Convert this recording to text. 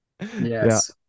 Yes